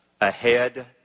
ahead